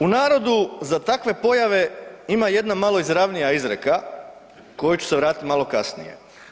U narodu za takve pojave ima jedna malo izravnija izreka kojoj ću se vratiti malo kasnije.